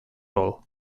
all